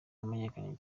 wamenyekanye